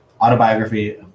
autobiography